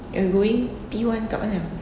err going P one dekat mana